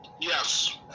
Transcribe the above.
Yes